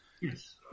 Yes